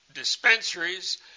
dispensaries